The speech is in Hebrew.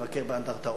לבקר באנדרטאות,